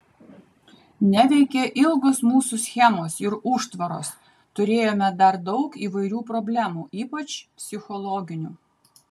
neveikė ilgos mūsų schemos ir užtvaros turėjome dar daug įvairių problemų ypač psichologinių